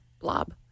blob